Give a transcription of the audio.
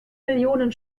millionen